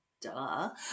duh